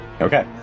Okay